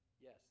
Yes